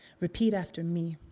repeat after me.